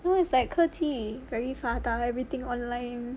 no it's like 科技 very 发达 everything online